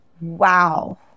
Wow